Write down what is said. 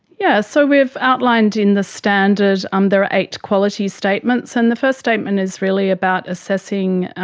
yeah so we've outlined in the standard, um there are eight quality statements, and the first statement is really about assessing,